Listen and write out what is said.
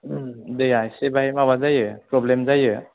दैया एसे बाहाय माबा जायो प्रब्लेम जायो